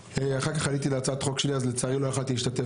אחר כך עליתי להצעת חוק שלי אז לצערי לא יכולתי להשתתף.